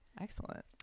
Excellent